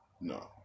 no